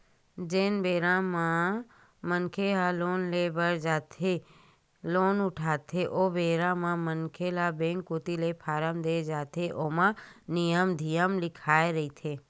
जेन बेरा मनखे ह लोन ले बर जाथे लोन उठाथे ओ बेरा म मनखे ल बेंक कोती ले फारम देय जाथे ओमा नियम धियम लिखाए रहिथे